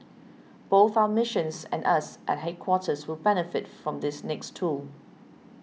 both our missions and us at headquarters will benefit from this next tool